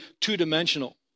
two-dimensional